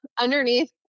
underneath